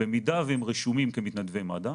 במידה והם רשומים כמתנדבי מד"א,